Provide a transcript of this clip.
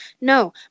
No